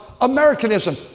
Americanism